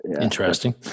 interesting